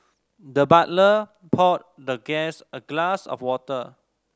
the butler poured the guest a glass of water